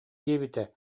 диэбитэ